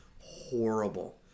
horrible